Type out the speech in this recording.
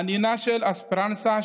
הנינה של אספרנסה,